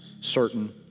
certain